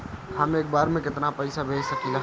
हम एक बार में केतना पैसा भेज सकिला?